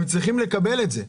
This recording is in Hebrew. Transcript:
הם צריכים לקבל את זה.